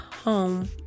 home